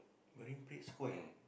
Marine-Parade Square